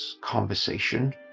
conversation